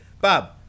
Bob